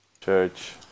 Church